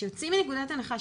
כשיוצאים מנקודת הנחה,